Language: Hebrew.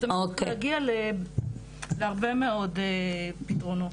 צריך להגיע להרבה מאוד פתרונות.